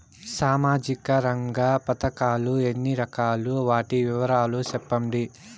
సామాజిక రంగ పథకాలు ఎన్ని రకాలు? వాటి వివరాలు సెప్పండి